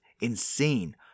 insane